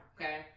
Okay